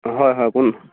হয় হয় কোন